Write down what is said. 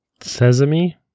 sesame